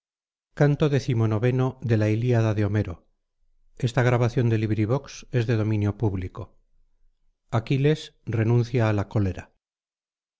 aquiles renuncia a la colera